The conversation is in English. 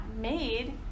made